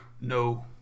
No